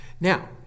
Now